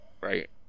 right